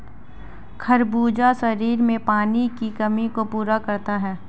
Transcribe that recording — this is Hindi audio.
खरबूजा शरीर में पानी की कमी को पूरा करता है